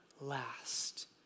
last